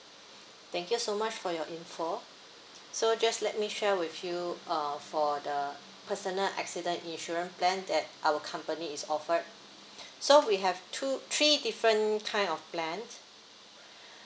thank you so much for your info so just let me share with you uh for the personal accident insurance plan that our company is offered so we have two three different kind of plan